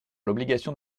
l’obligation